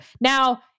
Now